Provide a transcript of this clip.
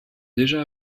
déjà